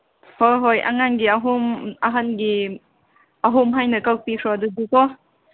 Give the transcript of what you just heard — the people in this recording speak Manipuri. ꯍꯣꯏ ꯍꯣꯏ ꯑꯉꯥꯡꯒꯤ ꯑꯍꯨꯝ ꯑꯍꯟꯒꯤ ꯑꯍꯨꯝ ꯍꯥꯏꯅ ꯀꯛꯄꯤꯈ꯭ꯔꯣ ꯑꯗꯨꯗꯤ ꯀꯣ